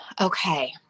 Okay